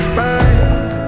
back